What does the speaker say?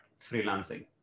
freelancing